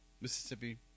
Mississippi